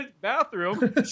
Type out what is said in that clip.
bathroom